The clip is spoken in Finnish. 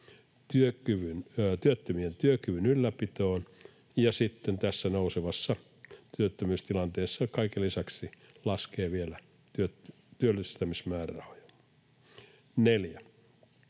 työttömien työkyvyn ylläpitoon. Ja sitten tässä nousevassa työttömyystilanteessa se kaiken lisäksi laskee vielä työllistämismäärärahoja. 4)